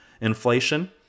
inflation